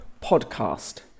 podcast